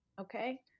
okay